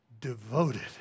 devoted